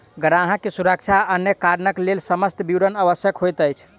ग्राहक के सुरक्षा आ अन्य कारणक लेल समस्त विवरण आवश्यक होइत अछि